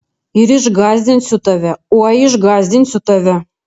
ir išgąsdinsiu tave oi išgąsdinsiu tave